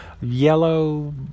yellow